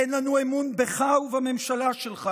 אין לנו אמון בך ובממשלה שלך